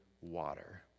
water